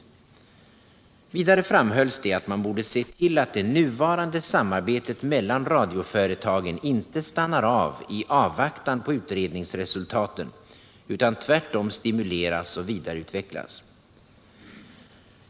Vidare framhölls det att man borde se till att det nuvarande samarbetet mellan radioföretagen inte stannar av i avvaktan på utredningsresultaten utan tvärtom stimuleras och vidareutvecklas.